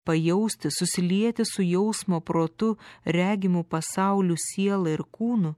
pajausti susilieti su jausmo protu regimu pasauliu siela ir kūnu